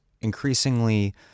increasingly